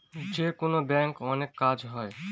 যেকোনো ব্যাঙ্কে অনেক কাজ হয়